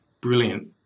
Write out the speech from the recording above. brilliant